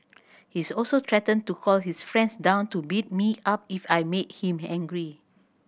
he's also threatened to call his friends down to beat me up if I made him angry